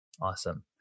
awesome